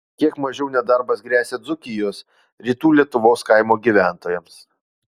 kiek mažiau nedarbas gresia dzūkijos rytų lietuvos kaimo gyventojams